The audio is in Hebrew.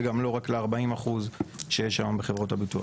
וגם לא רק ל-40% שיש היום בחברות הביטוח.